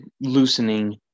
loosening